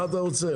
מה אתה רוצה?